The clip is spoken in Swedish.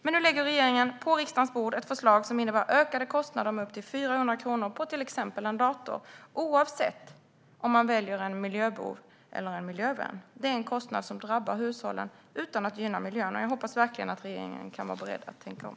Men nu lägger regeringen på riksdagens bord ett förslag som innebär ökade kostnader med upp till 400 kronor på till exempel en dator oavsett om man väljer en miljöbov eller en miljövän. Det är en kostnad som drabbar hushållen utan att gynna miljön. Jag hoppas att regeringen kan vara beredd att tänka om.